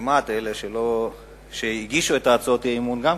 כמעט כל אלה שהגישו את הצעות האי-אמון לא נמצאים.